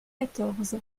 quatorze